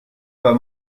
pas